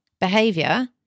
behavior